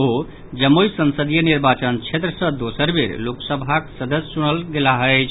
ओ जमुई संसदीय निर्वाचन क्षेत्र सॅ दोसर बेर लोकसभाक सदस्य चुनल गेल छथि